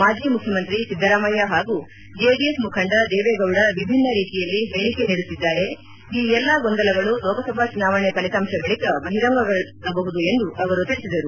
ಮಾಜಿ ಮುಖ್ಯ ಮಂತ್ರಿ ಸಿದ್ದರಾಮಯ್ಯ ಹಾಗೂ ಜೆಡಿಎಸ್ ಮುಖಂಡ ದೇವೇಗೌಡ ವಿಬಿನ್ನ ರೀತಿಯಲ್ಲಿ ಹೇಳಿಕೆ ನೀಡುತ್ತಿದ್ದಾರೆ ಈ ಎಲ್ಲ ಗೊಂದಲಗಳು ಲೋಕಸಭಾ ಚುನಾವಣೆ ಪಲಿತಾಂಶ ಬಳಿಕ ಬಹಿರಂಗಗೊಳ್ಳಬಹುದು ಎಂದು ತಿಳಿಸಿದರು